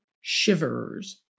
shivers